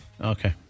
Okay